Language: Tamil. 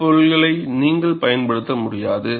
இந்த பொருள்களை நீங்கள் பயன்படுத்த முடியாது